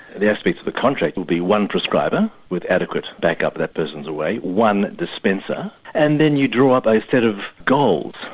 the aspects of the contract would be one prescriber with adequate back up if that person is away, one dispenser and then you draw up a set of goals.